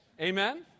Amen